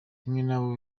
n’abo